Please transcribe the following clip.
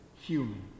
Human